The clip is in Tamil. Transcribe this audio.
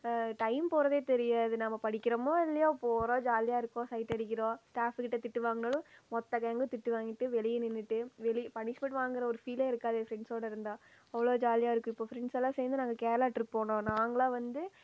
டைம் போறதே தெரியாது நாம் படிக்கிறோமோ இல்லையோ போறோம் ஜாலியாகருக்கும் சைட் அடிக்கிறோம் ஸ்டாஃப் கிட்டே திட்டு வாங்கினாலும் மொத்த கேங்கும் திட்டு வாங்கிட்டு வெளியே நின்றுட்டு பனிஷ்மென்ட் வாங்குகிற ஒரு ஃபீலே இருக்காது ஃபிரண்ட்ஸோட இருந்தால் அவ்வளோ ஜாலியாக இருக்கும் இப்போ ஃபிரண்ட்ஸ் எல்லாம் சேர்ந்து நாங்கள் கேரளா ட்ரிப் போனோம் நாங்களாக வந்து